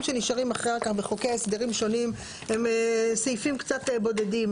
שנשארים אחר כך בחוקי הסדרים שונים הם סעיפים קצת בודדים.